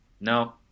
no